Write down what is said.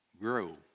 Grow